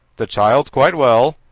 the child's quite well,